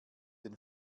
den